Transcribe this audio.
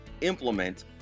implement